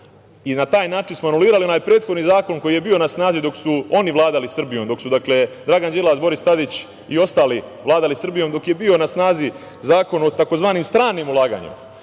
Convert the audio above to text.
i na taj način smo anulirali onaj prethodni zakon koji je bio na snazi dok su oni vladali Srbijom, dok su Dragan Đilas, Boris Tadić i ostali Vladali Srbijom, dok je bio na snazi Zakon o tzv. stranim ulaganjima. Dakle,